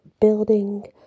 building